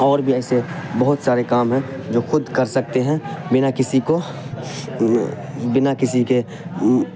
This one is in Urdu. اور بھی ایسے بہت سارے کام ہیں جو خود کر سکتے ہیں بنا کسی کو بنا کسی کے